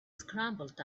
scrambled